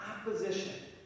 Opposition